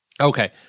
Okay